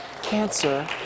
cancer